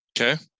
Okay